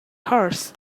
horse